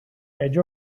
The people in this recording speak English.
edge